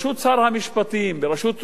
בראשות אולי ראש הממשלה,